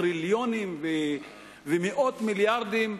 טריליונים ומאות מיליארדים.